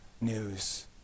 news